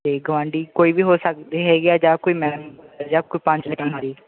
ਅਤੇ ਗੁਆਂਡੀ ਕੋਈ ਵੀ ਹੋ ਸਕਦੇ ਹੈਗੇ ਆ ਜਾਂ ਕੋਈ ਮੈਮ ਜਾਂ ਕੋਈ ਪੰਜ